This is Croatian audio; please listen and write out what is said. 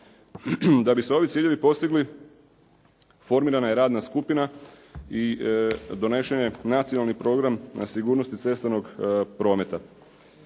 Da bi se ovi ciljevi postigli formirana je radna skupina i donesen je Nacionalni program sigurnosti cestovnog prometa.